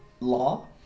Law